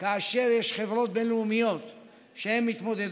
כאשר יש חברות בין-לאומיות שמתמודדות,